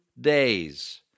days